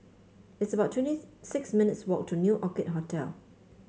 it's about twenty six minutes' walk to New Orchid Hotel